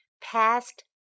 Past